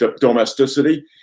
domesticity